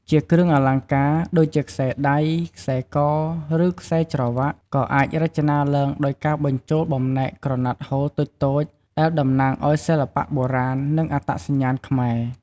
ជាគ្រឿងអលង្ការ ដូចជាខ្សែដៃ ខ្សែក ឬខ្សែច្រវ៉ាក់ ក៏អាចរចនាឡើងដោយការបញ្ចូលបំណែកក្រណាត់ហូលតូចៗ ដែលតំណាងឲ្យសិល្បៈបុរាណ និងអត្តសញ្ញាណខ្មែរ។